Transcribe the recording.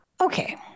Okay